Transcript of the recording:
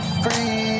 free